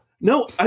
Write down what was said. No